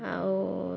ଆଉ